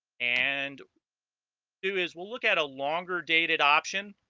and who is will look at a longer dated option